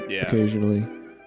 occasionally